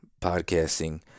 podcasting